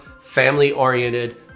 family-oriented